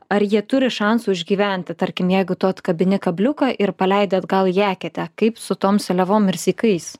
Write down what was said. ar jie turi šansų išgyventi tarkim jeigu tu atkabini kabliuką ir paleidi atgal į eketę kaip su tom seliavom ir sykais